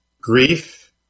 Grief